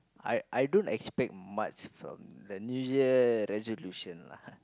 I I don't expect much from the New Year resolution lah